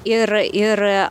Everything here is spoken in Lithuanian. ir ir